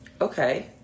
Okay